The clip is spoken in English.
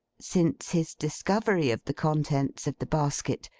since his discovery of the contents of the basket,